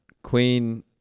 Queen